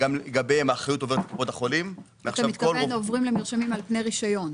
אתה מתכוון, עוברים למרשמים על פני רשיון.